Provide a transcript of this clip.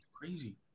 crazy